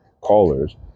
callers